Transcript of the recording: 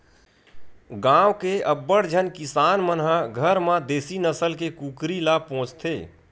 गाँव के अब्बड़ झन किसान मन ह घर म देसी नसल के कुकरी ल पोसथे